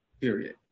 period